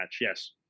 yes